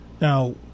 Now